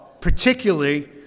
particularly